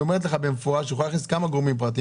היא אומרת במפורש שניתן להכניס כמה גורמים פרטיים.